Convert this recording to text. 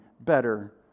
better